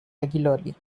regularly